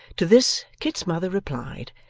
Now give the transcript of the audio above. to this, kit's mother replied,